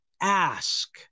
ask